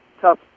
tough